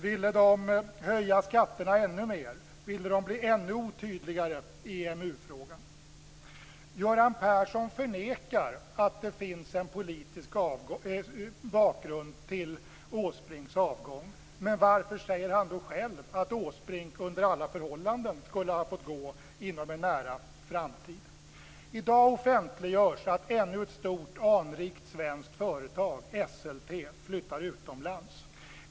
Ville de höja skatterna ännu mer? Ville de bli ännu otydligare i EMU-frågan? Göran Persson förnekar att det finns en politisk bakgrund till Åsbrinks avgång, men varför säger han då själv att Åsbrink under alla förhållanden skulle ha fått gå inom en nära framtid? I dag offentliggörs att ännu ett stort och anrikt svenskt företag, Esselte, flyttar utomlands.